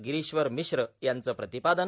गिरीश्वर मिश्र यांचं प्रतिपादन